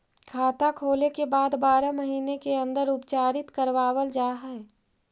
खाता खोले के बाद बारह महिने के अंदर उपचारित करवावल जा है?